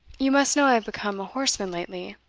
you must know i have become a horseman lately.